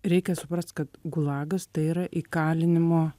reikia suprast kad gulagas tai yra įkalinimo